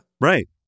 Right